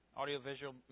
audiovisual